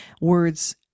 words